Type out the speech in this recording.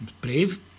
Brave